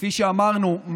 כפי שאמרנו,